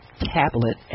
tablet